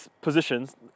positions